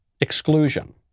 exclusion